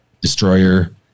destroyer